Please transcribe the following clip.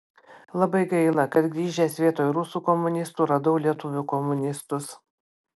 labai gaila kad grįžęs vietoj rusų komunistų radau lietuvių komunistus